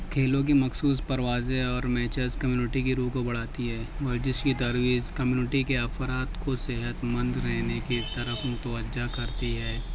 کھیلوں کی مخصوص پروازیں اور میچیز کمیونٹی کی روح کو بڑھاتی ہے اور جس کی ترویج کمیونٹی کے افراد کو صحت مند رہنے کی طرف متوجہ کرتی ہے